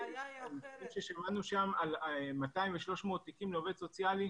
שמענו על 200 ו-300 תיקים לעובד סוציאלי.